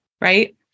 Right